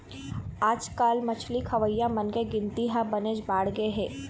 आजकाल मछरी खवइया मनखे के गिनती ह बनेच बाढ़गे हे